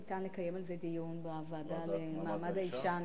ניתן לקיים על זה דיון בוועדה למעמד האשה.